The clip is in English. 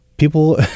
People